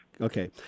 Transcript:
Okay